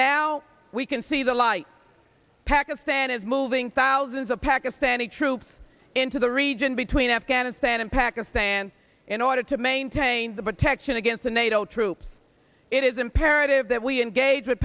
now we can see the light pakistan is moving thousands of pakistani troops into the region between afghanistan and pakistan in order to maintain the protection against the nato troops it is imperative that we engage with